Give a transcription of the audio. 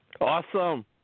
Awesome